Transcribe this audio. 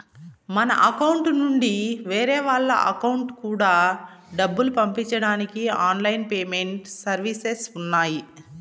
మన అకౌంట్ నుండి వేరే వాళ్ళ అకౌంట్ కూడా డబ్బులు పంపించడానికి ఆన్ లైన్ పేమెంట్ సర్వీసెస్ ఉన్నాయి